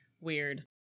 Weird